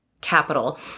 capital